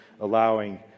allowing